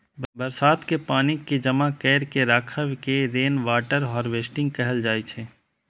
बरसात के पानि कें जमा कैर के राखै के रेनवाटर हार्वेस्टिंग कहल जाइ छै